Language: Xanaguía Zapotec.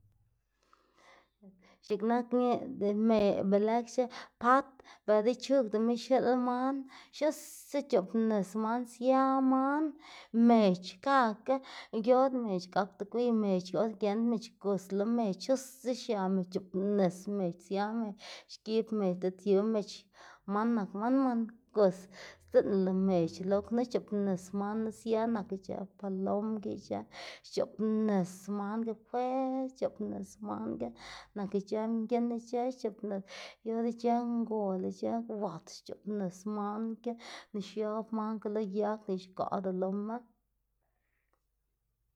X̱iꞌk nak be lëkxe pat bela ichugdama xiꞌl man xnuse c̲h̲oꞌbnis man sia man, mec̲h̲ xkakga yor mec̲h̲ gakda gwiy mec̲h̲ or giend mec̲h̲ gus lo mec̲h̲ xnuse xia mec̲h̲ c̲h̲oꞌbnis mec̲h̲ sia mec̲h̲ xgib mec̲h̲ diꞌt yu mec̲h̲ man nak man gus sdzinnla mec̲h̲ lo knu xc̲h̲oꞌbnis manu sia nak ic̲h̲ë palom ki ic̲h̲ë xc̲h̲oꞌbnis man ki fuer xc̲h̲oꞌbnis man ki nak ic̲h̲ë mginn ic̲h̲ë xc̲h̲oꞌbnis yor ic̲h̲ë ngol ic̲h̲ë wat xc̲h̲oꞌbnis man ki xiab man ki lo yag nike xgaꞌda loma.